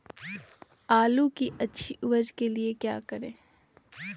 आलू की अच्छी उपज के लिए क्या करें?